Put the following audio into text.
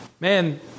man